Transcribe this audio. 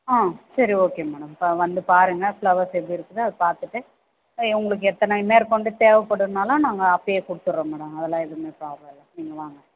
ஆ சரி okay madam வந்து பாருங்க ஃப்ளவர்ஸ் எப்படி இருக்குதோ அதை பார்த்துட்டு உங்களுக்கு எத்தனை மேற்கொண்டு தேவைப்படுன்னாலும் நாங்கள் அப்போயே கொடுத்துட்றோம் மேடம் அதெல்லாம் எதுவும் ப்ராப்ளம் இல்லை நீங்கள் வாங்க